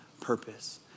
purpose